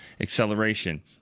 acceleration